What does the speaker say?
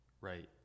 Right